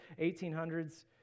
1800s